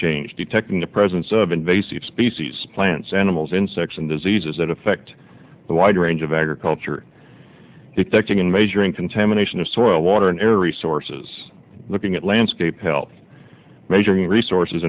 change detecting the presence of invasive species plants animals insects and diseases that affect a wide range of agriculture detecting and measuring contamination of soil water and air resources looking at landscape health measuring resources